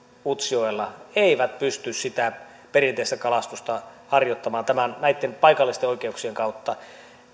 utsjoella eivät pysty sitä perinteistä kalastusta harjoittamaan näitten paikallisten oikeuksien kautta